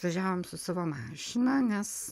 važiavom su savo mašina nes